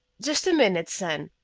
just a minute, son,